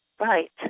Right